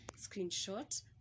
screenshot